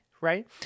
right